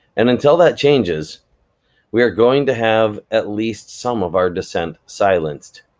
and until that changes we are going to have at least some of our dissent silenced,